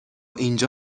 اینجا